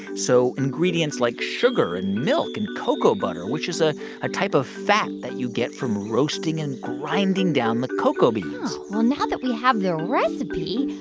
so ingredients like sugar and milk and cocoa butter, which is a ah type of fat that you get from roasting and grinding down the cocoa beans oh, well, now that we have the recipe,